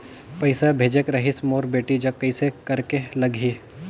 पइसा भेजेक रहिस मोर बेटी जग कइसे करेके लगही?